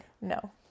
no